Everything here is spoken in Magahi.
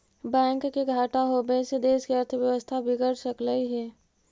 बैंक के घाटा होबे से देश के अर्थव्यवस्था बिगड़ सकलई हे